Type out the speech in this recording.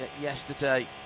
yesterday